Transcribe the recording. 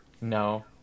No